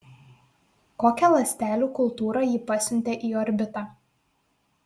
kokią ląstelių kultūrą ji pasiuntė į orbitą